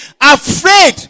Afraid